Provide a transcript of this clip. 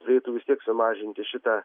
turėtų vis tiek sumažinti šitą